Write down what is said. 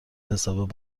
حساب